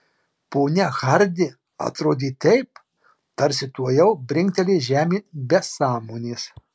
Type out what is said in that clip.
ponia hardi atrodė taip tarsi tuojau brinktelės žemėn be sąmonės